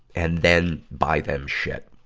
and then buy them shit.